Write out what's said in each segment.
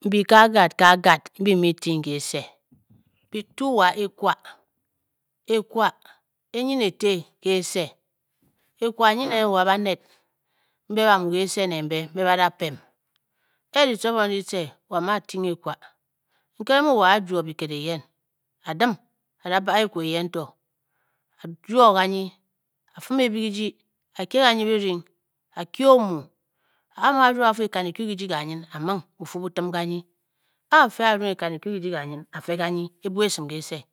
Byitu mbyi ke agat ke agat mbyi bi mu bi ting kese. kyitu wa ekwa, ekwa enyin eti ke ese, ekwa nkyi neen wa onet mbe ba mmu kese ne mbe be ba da pem. e e ditcifiring dyitce wo amu a-ti ng ekwa. nkere mu a a o-jwo biked eyen a dim a da baa ekwa eyen to, a jwo kanyi, a fum e byi kijii, a kye kanyi byirying a kyi omu A amu a-ryu ng a fu. e kan e kyu kijii kanyin a ming bufu bu tim kanyi, a a fii a rung a fu e kan e ku kijii kanyin a fe kanyi e bua esim kese,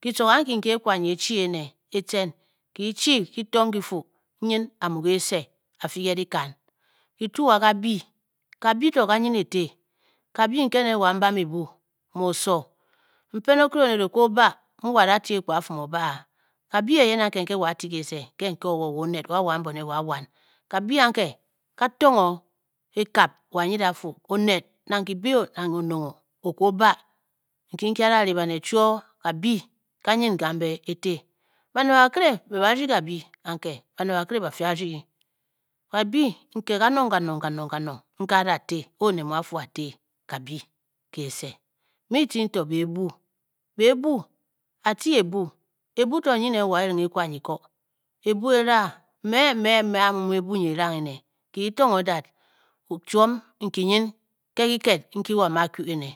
kitcoge anki nki ekwa nyi e chi ene, e tcen ki chi ki tong ki fuu nyin a mu kese, a fii ke dikan, Kyitu wa kabyi. kabyi to ka-nyin eti, kabyi nke nen wa mbam ebu mu oso, mpen okere onet o kwu o-ba, mu wo a da te ekpu a fu mu o ba a kabyi eyen anke ke wo a te kese nke ke o wo wa oned, wa wan bone, wa wan. kabyi anke ka tongh o ekap wo anyide a fu oned nang kibe nang kinong o o kwu o ba, nki nki a da ri baned chwoo kabyi kanyin kambe e ting baned bakire mbe ba rdying kabyi anke baned bakire ba fii ba rdyi, kabyi nke kanong kanong kanong kanong nke a da te, a oned mu a fu a te kabyi kese bi mu ting to bi ibu, biibu. a ti ebu, ebu to nyi nen wa erenghe ekwa nyi ko, ebu e rang, mmee, mmee, mme amu nyi ebu nyi erang ene ki tongh o that chiom nki nyin ke kiked nki wo amu a kyu ene